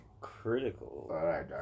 Critical